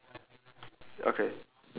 ya books there's